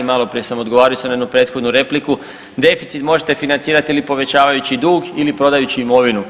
Maloprije sam odgovarao isto na jednu prethodnu repliku deficit možete financirati ili povećavajući dug ili prodajući imovinu.